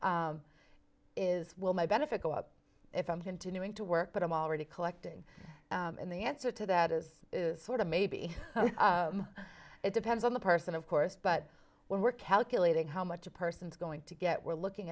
things is will my benefit go up if i'm continuing to work but i'm already collecting and the answer to that is sort of maybe it depends on the person of course but when we're calculating how much a person is going to get we're looking